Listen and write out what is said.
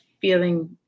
feeling